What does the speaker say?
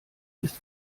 ist